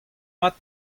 mat